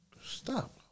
Stop